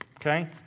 Okay